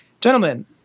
Gentlemen